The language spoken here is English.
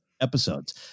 episodes